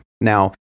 Now